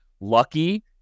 lucky